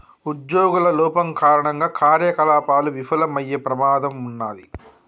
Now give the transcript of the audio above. ఉజ్జోగుల లోపం కారణంగా కార్యకలాపాలు విఫలమయ్యే ప్రమాదం ఉన్నాది